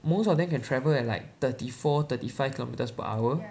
most of them can travel at like thirty four thirty five kilometres per hour